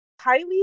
Kylie